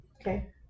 Okay